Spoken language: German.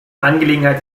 angelegenheit